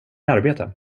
arbete